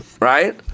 right